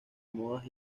modas